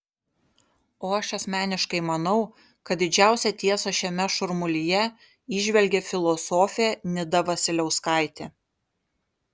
o aš asmeniškai manau kad didžiausią tiesą šiame šurmulyje įžvelgė filosofė nida vasiliauskaitė